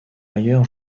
ailleurs